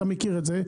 אתה מכיר את זה,